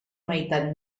meitat